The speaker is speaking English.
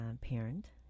parent